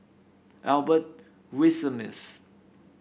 Albert Winsemius